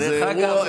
זה אירוע,